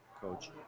Coach